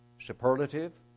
Superlative